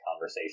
conversation